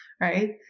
right